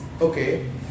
Okay